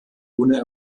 ohne